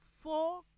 four